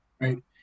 Right